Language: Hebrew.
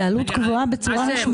את עלות גבוהה בצורה משמעותית.